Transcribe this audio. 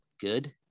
good